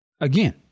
again